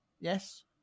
Yes